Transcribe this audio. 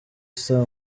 saa